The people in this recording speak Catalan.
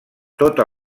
tota